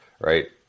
right